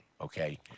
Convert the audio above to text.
okay